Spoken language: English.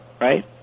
right